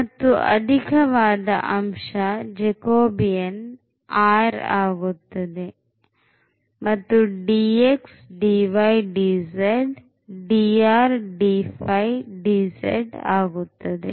ಮತ್ತು ಅಧಿಕ ಅಂಶವಾದ jacobian r ಆಗುತ್ತದೆ ಮತ್ತು dx dy dz drdϕdz ಆಗುತ್ತದೆ